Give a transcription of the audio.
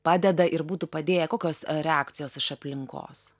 padeda ir būtų padėję kokios reakcijos iš aplinkos